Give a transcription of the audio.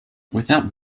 without